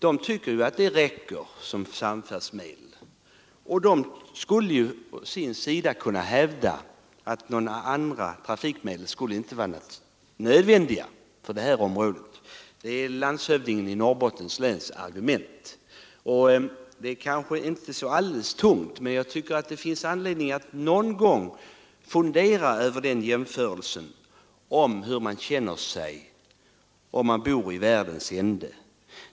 De tycker att det räcker som sam färdsmedel och kan för sin del hävda att några andra trafikmedel inte är nödvändiga för detta område. Det är landshövdingens i Norrbottens län argument. Jag tycker det finns anledning att någon gång fundera över hur man skulle känna sig om man bodde vid världens ände.